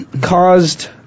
caused